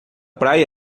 praia